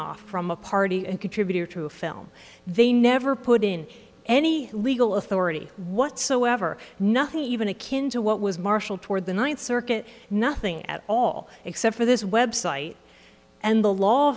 off from a party and contributor to film they never put in any legal authority whatsoever nothing even akin to what was marshall toward the ninth circuit nothing at all except for this website and the law